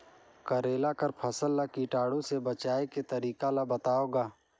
करेला कर फसल ल कीटाणु से बचाय के तरीका ला बताव ग?